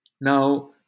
Now